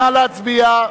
נא להצביע.